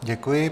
Děkuji.